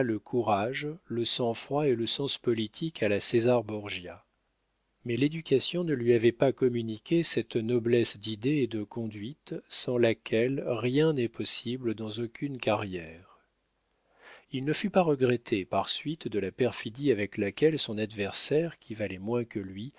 le courage le sang-froid et le sens politique à la césar borgia mais l'éducation ne lui avait pas communiqué cette noblesse d'idées et de conduite sans laquelle rien n'est possible dans aucune carrière il ne fut pas regretté par suite de la perfidie avec laquelle son adversaire qui valait moins que lui